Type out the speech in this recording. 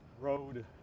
road